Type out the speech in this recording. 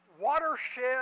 watershed